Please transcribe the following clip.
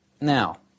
Now